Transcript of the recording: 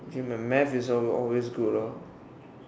my math is always good orh